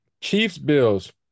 Chiefs-Bills